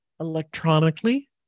electronically